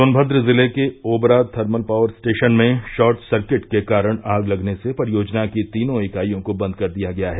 सोनमद्र जिले के Obra thermal power station में शॉर्ट सर्किट के कारण आग लगने से परियोजना की तीनों इकाइयों को बंद कर दिया गया है